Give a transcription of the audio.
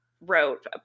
wrote